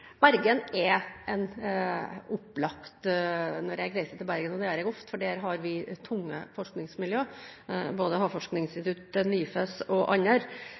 Bergen, for der har vi tunge forskningsmiljøer, både Havforskningsinstituttet, NIFES og andre.